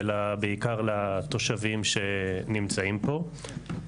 ובעיקר לתושבים שנמצאים פה.